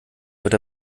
wird